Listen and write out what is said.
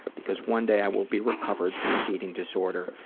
because one day i will be recovered from this eating disorder,